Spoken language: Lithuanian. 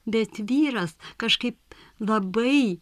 bet vyras kažkaip labai